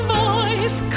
voice